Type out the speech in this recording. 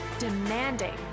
demanding